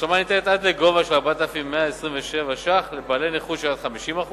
ההשלמה ניתנת עד לסכום של 4,127 שקלים לבעלי נכות של עד 50%,